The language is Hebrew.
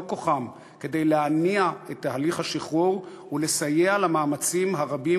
כוחם כדי להניע את תהליך השחרור ולסייע למאמצים הרבים